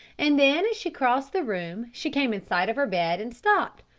and then as she crossed the room she came in sight of her bed and stopped,